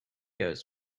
goes